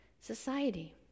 society